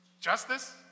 justice